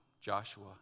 Joshua